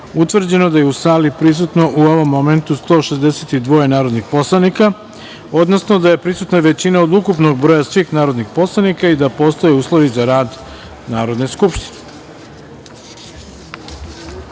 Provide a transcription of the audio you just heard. utvrđeno da je u sali prisutno, u ovom momentu, 162 narodna poslanika, odnosno da je prisutna većina od ukupnog broja svih narodnih poslanika i da postoje uslovi za rad Narodne skupštine. Dostavljen